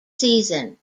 season